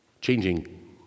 changing